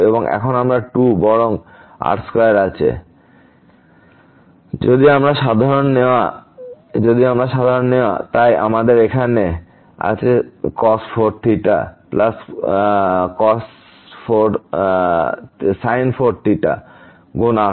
এবং এখন আমরা 2 বরং বা r2 আছে যদি আমরা সাধারণ নেওয়া তাই আমাদের এখানে আছে cos 4 theta plus sin 4 theta গুণ r2